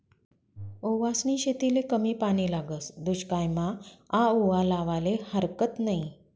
ओवासनी शेतीले कमी पानी लागस, दुश्कायमा आओवा लावाले हारकत नयी